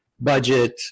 budget